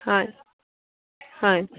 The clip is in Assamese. হয় হয়